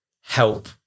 help